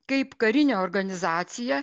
kaip karinė organizacija